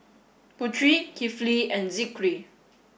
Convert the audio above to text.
Putri Kifli and Zikri